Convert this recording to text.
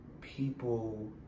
people